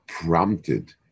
prompted